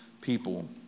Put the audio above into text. people